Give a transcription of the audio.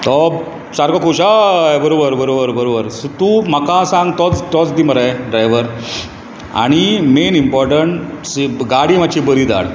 तो सारको खुशाल हय बरोबर बरोबर बरोबर सो तूं म्हाका सांग तोच तोच दी मरे ड्रायव्हर आनी मेन इंर्पोटंट गाडी मातशी बरी धाड